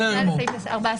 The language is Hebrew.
אז יש הפניה לסעיף 14(א).